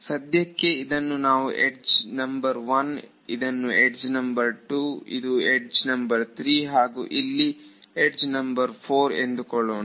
ಸದ್ಯಕ್ಕೆ ಇದನ್ನು edge number 1 ಇದನ್ನು ಯಡ್ಜ್ ನಂಬರ್ 2 ಇದು ಯಡ್ಜ್ ನಂಬರ್ 3 ಹಾಗೂ ಇಲ್ಲಿ ಯಡ್ಜ್ ನಂಬರ್ 4 ಎಂದುಕೊಳ್ಳೋಣ